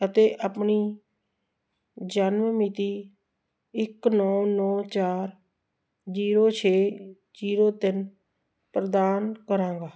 ਅਤੇ ਆਪਣੀ ਜਨਮ ਮਿਤੀ ਇੱਕ ਨੌਂ ਨੌਂ ਚਾਰ ਜੀਰੋ ਛੇ ਜੀਰੋ ਤਿੰਨ ਪ੍ਰਦਾਨ ਕਰਾਂਗਾ